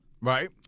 right